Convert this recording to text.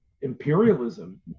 imperialism